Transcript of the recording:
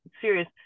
serious